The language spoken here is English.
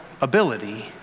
ability